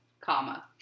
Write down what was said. comma